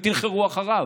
ותנחרו אחריו,